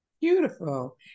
Beautiful